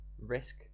Risk